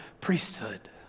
priesthood